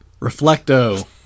Reflecto